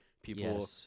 people